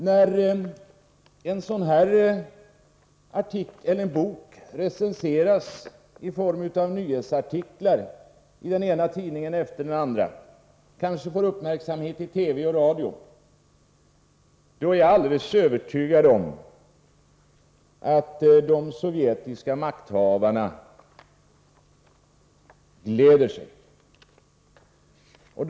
När en sådan här bok recenseras i form av nyhetsartiklar i den ena tidningen efter den andra och kanske får uppmärksamhet i TV och radio, är jag alldeles övertygad om att de sovjetiska makthavarna gläder sig.